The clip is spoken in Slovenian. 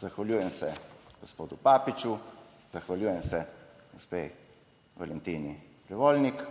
zahvaljujem se gospodu Papiču, zahvaljujem se gospe Valentini Prevolnik,